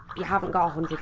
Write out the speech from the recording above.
you haven't got a hundred